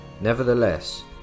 Nevertheless